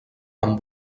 amb